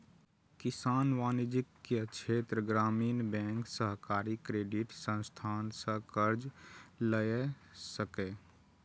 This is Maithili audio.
किसान वाणिज्यिक, क्षेत्रीय ग्रामीण बैंक, सहकारी क्रेडिट संस्थान सं कर्ज लए सकैए